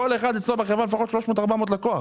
כל אחד אצלו בחברה לפחות 400-300 לקוחות.